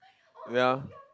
ya